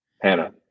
Hannah